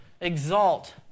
exalt